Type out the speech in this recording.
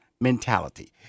mentality